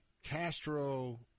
Castro